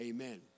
Amen